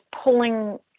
pulling